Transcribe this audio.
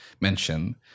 mention